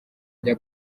rya